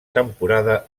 temporada